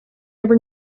never